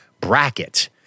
bracket